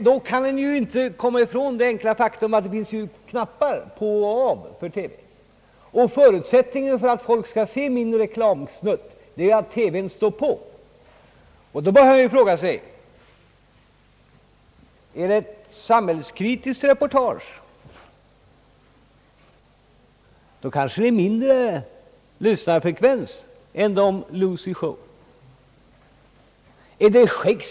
Man kan inte komma ifrån det enkla faktum att det finns påslagningsoch avstängningsknappar på TV apparaten och att förutsättningen för att folk skall se en reklamsnutt är att TV-apparaten står på. Är det ett samhällskritiskt reportage kanske tittarfrekvensen är lägre än under Lucy Show.